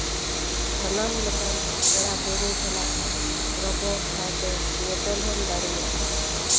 ᱥᱟᱱᱟᱢ ᱞᱮᱠᱟᱱ ᱯᱮᱲᱟ ᱯᱟᱹᱲᱦᱟᱺ ᱥᱟᱞᱟᱜ ᱨᱚᱯᱚᱲ ᱥᱟᱶᱛᱮ ᱧᱮᱯᱮᱞ ᱦᱚᱸᱢ ᱫᱟᱲᱮᱭᱟᱜᱼᱟ